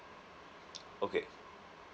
okay